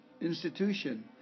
institution